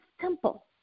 simple